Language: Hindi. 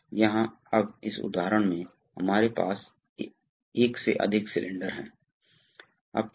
आप इसे यंत्रवत् रूप से केवल हाथ से या किसी चीज को धक्का देकर खींचकर लीवर को खींचकर निकालना पसंद कर सकते हैं